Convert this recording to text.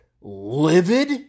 livid